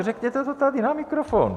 Řekněte to tady na mikrofon.